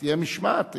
תהיה משמעת,